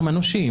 הם הנושים.